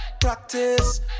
practice